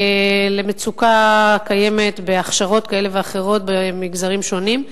למצוקה הקיימת בהכשרות כאלה ואחרות במגזרים שונים,